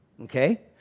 Okay